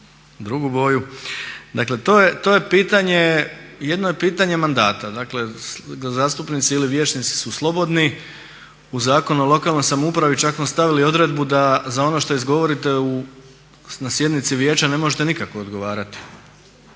drugu boju. Dakle, to je pitanje, jedno je pitanje mandata. Dakle, zastupnici ili vijećnici su slobodni. U Zakonu o lokalnoj samoupravi čak smo stavili odredbu za ono što izgovorite na sjednici vijeća ne možete nikako odgovarati,